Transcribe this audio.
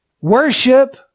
worship